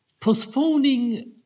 postponing